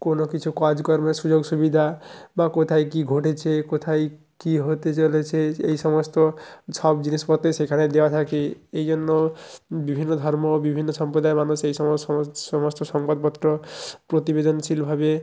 কোনো কিছু কাজকর্মের সুযোগ সুবিধা বা কোথায় কী ঘটেছে কোথায় কী হতে চলেছে এই সমস্ত সব জিনিসপত্রই সেখানে দেওয়া থাকে এই জন্য বিভিন্ন ধর্ম বিভিন্ন সম্প্রদায়ের মানুষ এই সমস্ত সংবাদপত্র প্রতিবেদনশীলভাবে